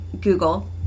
Google